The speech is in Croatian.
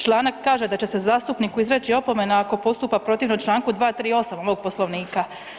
Članak kaže da će se zastupniku izreći opomena ako postupa protivno čl. 238. ovog Poslovnika.